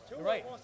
right